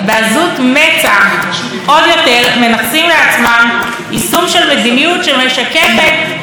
הם מנכסים לעצמם יישום של מדיניות שמשקפת לכאורה את רצון הרוב,